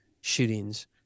shootings